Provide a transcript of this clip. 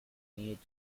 needed